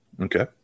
Okay